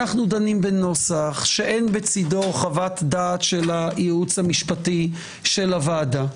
אנו דנים בנוסח שאין בצדו חוות דעת של הייעוץ המשפטי של הוועדה.